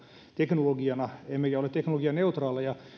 teknologiana emmekä ole teknologianeutraaleja